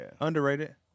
underrated